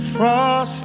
Frost